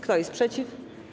Kto jest przeciw?